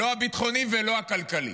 לא הביטחוני ולא הכלכלי.